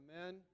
Amen